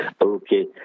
Okay